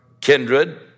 kindred